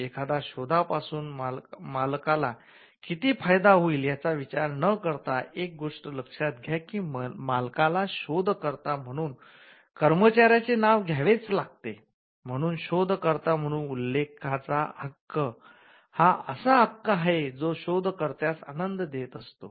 एखाद्या शोधा पासून मालकाला किती फायदा होईल याचा विचार न करता एक गोष्ट लक्ष्यात घ्या कि मालकाला शोध कर्ता म्हणून कर्मचाऱ्याचे नाव घ्यावेच लागते म्हणून शोध कर्ता म्हणून उल्लेखाचा हक्क हा असा हक्क आहे जो शोध कर्त्यास आनंद देत असतो